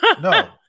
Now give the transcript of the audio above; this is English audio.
No